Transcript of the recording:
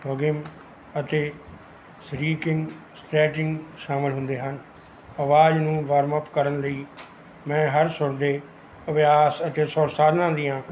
ਹੋ ਗਏ ਅਤੇ ਸਰੀਕਿੰਗ ਸਟਰੈਟਿੰਗ ਸ਼ਾਮਿਲ ਹੁੰਦੇ ਹਨ ਆਵਾਜ਼ ਨੂੰ ਵਾਰਮਅਪ ਕਰਨ ਲਈ ਮੈਂ ਹਰ ਸੁਰ ਦੇ ਅਭਿਆਸ ਅਤੇ ਸੁਰ ਸਾਧਨਾ ਦੀਆਂ